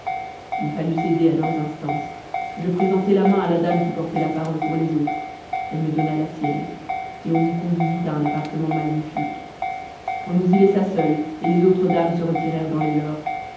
il fallut céder à leurs instances je présentai la main à la dame qui portait la parole pour les autres elle me donna la sienne et on nous conduisit à un appartement magnifique on nous y laissa seuls et les autres dames se retirèrent dans les leurs